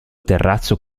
terrazzo